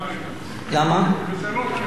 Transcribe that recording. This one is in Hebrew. ככה.